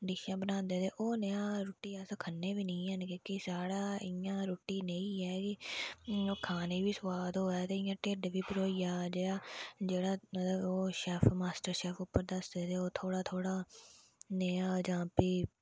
डिशां बनांदे ते ओह् नेही रुट्टी अस खन्ने बी नेईं ऐ ना के साढ़ा इयां रुट्टी नेही है कि ओह् खाने गी बी सुआद होऐ ते इयां ढिड बी भरोई जाए जेहडा़ मतलब ओह् शेफ मास्टर उत्थै दसदे ओह् थोह्डा थोह्डा नेहा जां फ्ही